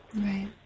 Right